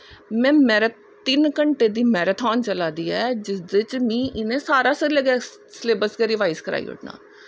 मेरी तिन्न घैंटे दी मैराथन चला दी ऐ जेह्दै च मीं इनैं सारा गा स्लेबस रिबाईज़ कराई ओड़ना